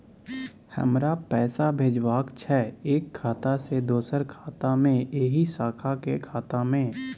हमरा पैसा भेजबाक छै एक खाता से दोसर खाता मे एहि शाखा के खाता मे?